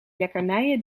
lekkernijen